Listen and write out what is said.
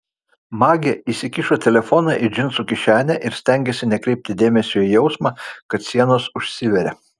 magė įsikišo telefoną į džinsų kišenę ir stengėsi nekreipti dėmesio į jausmą kad sienos užsiveria